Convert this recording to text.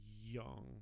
young